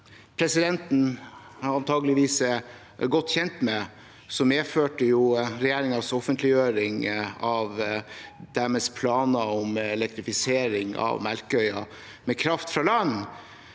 presidenten antakeligvis er godt kjent med, medførte regjeringens offentliggjøring av planene om elektrifisering av Melkøya med kraft fra land